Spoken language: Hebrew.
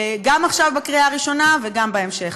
גם עכשיו בקריאה הראשונה, וגם בהמשך.